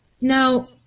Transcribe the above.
Now